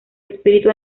espíritu